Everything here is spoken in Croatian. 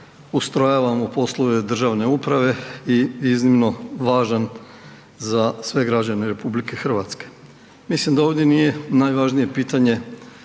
ustrojavamo poslove državne uprave i iznimno važan za sve građane RH. Mislim da ovdje nije najvažnije pitanje